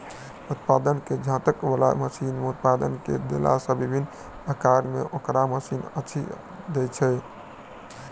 उत्पाद के छाँटय बला मशीन मे उत्पाद के देला सॅ विभिन्न आकार मे ओकरा मशीन छाँटि दैत छै